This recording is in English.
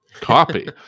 copy